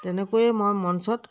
তেনেকৈয়ে মই মঞ্চত